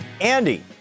Andy